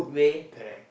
correct